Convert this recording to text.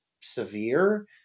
severe